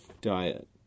diet